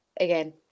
again